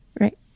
Right